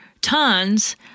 tons